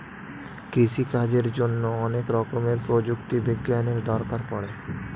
কৃষিকাজের জন্যে অনেক রকমের প্রযুক্তি বিজ্ঞানের দরকার পড়ে